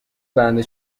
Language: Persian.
برنده